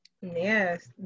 Yes